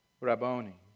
Rabboni